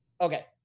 Okay